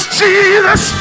jesus